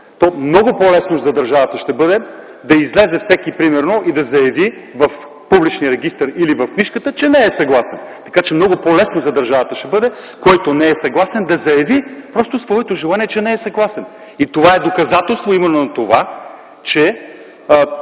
то много по-лесно за държавата ще бъде да излезе всеки, примерно, и да заяви в публичен регистър или в книжката, че не е съгласен. Много по-лесно за държавата ще бъде, който не е съгласен, да заяви просто своето желание, че не е съгласен. И това е доказателство именно на това, че